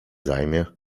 zajmie